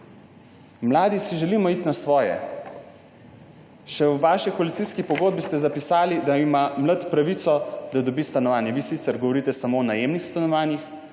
Mladi si želimo iti na svoje. Še v vaši koalicijski pogodbi ste zapisali, da ima mlad človek pravico, da dobi stanovanje. Vi sicer govorite samo o najemnih stanovanjih.